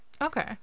Okay